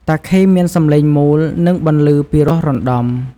តាខេមានសំឡេងមូល និងបន្លឺពីរោះរណ្តំ។